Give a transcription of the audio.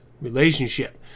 relationship